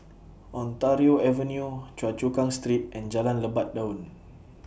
Ontario Avenue Choa Chu Kang Street and Jalan Lebat Daun